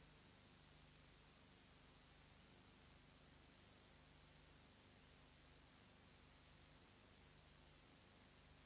Grazie,